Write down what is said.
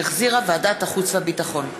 שהחזירה ועדת החוץ והביטחון.